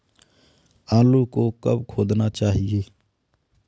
आलू को कब खोदना चाहिए?